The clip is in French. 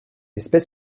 espèce